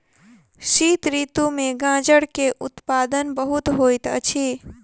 शीत ऋतू में गाजर के उत्पादन बहुत होइत अछि